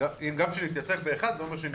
אם הוא יתייצב ב-1% זה אומר שהוא יישאר כל הזמן.